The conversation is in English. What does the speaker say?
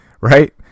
Right